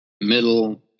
middle